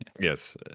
Yes